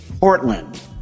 Portland